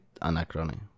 anachrony